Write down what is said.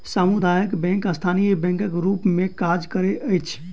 सामुदायिक बैंक स्थानीय बैंकक रूप मे काज करैत अछि